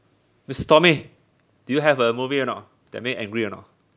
mister tommy do you have a movie or not that make you angry or not